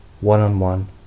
one-on-one